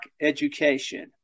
education